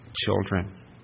children